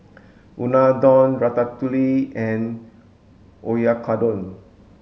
Unadon Ratatouille and Oyakodon